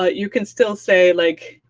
ah you can still say, like,